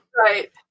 Right